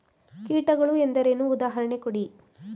ಕೀಟಗಳು ಎಂದರೇನು? ಉದಾಹರಣೆ ಕೊಡಿ?